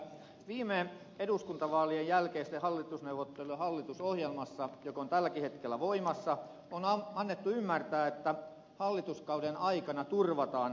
viime eduskuntavaalien jälkeisten hallitusneuvottelujen hallitusohjelmassa joka on tälläkin hetkellä voimassa on annettu ymmärtää että hallituskauden aikana turvataan talonpoikien ansiokehitys